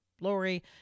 Lori